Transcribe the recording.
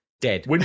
dead